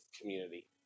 community